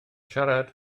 siarad